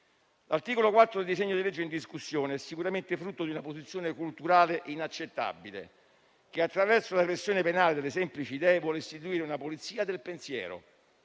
L'articolo 4 del disegno di legge in discussione è sicuramente frutto di una posizione culturale inaccettabile, che, attraverso la repressione penale delle semplici idee, vuole istituire una polizia del pensiero.